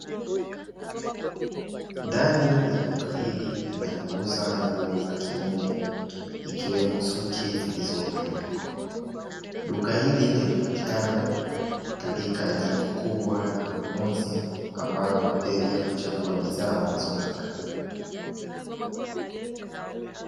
Ndani ya duka hili linalouza nguo za kiume ikiwemo suti zilizotundikwa, duka hili kimapato katika jengo kubwa la manunuzi ambalo wateja huchangua bidhaa wanazotaka.